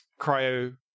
cryo